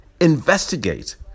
investigate